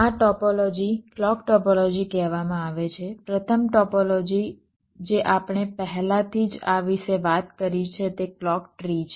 આ topology clock topology કહેવામાં આવે છે પ્રથમ ટોપોલોજી જે આપણે પહેલાથી જ આ વિશે વાત કરી છે તે ક્લૉક ટ્રી છે